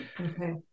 Okay